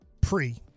Pre